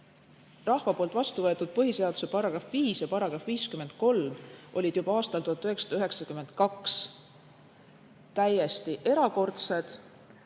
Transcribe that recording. Rahva poolt vastu võetud põhiseaduse § 5 ja § 53 olid juba aastal 1992 täiesti erakordsed.